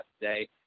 today